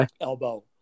Elbow